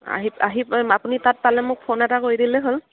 আহি আহি আপুনি তাত পালে মোক ফোন এটা কৰি দিলেই হ'ল